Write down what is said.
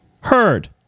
heard